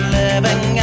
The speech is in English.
living